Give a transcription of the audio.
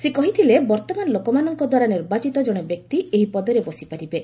ସେ କହିଥିଲେ ବର୍ତ୍ତମାନ ଲୋକମାନଙ୍କଦ୍ୱାରା ନିର୍ବାଚିତ ଜଣେ ବ୍ୟକ୍ତି ଏହି ପଦରେ ବସିପାରିବେ